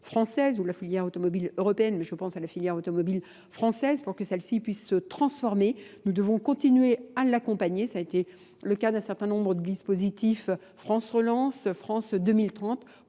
française ou la filière automobile européenne, mais je pense à la filière automobile française pour que celle-ci puisse se transformer. Nous devons continuer à l'accompagner. Ça a été le cas d'un certain nombre de dispositifs France Relance, France 2030,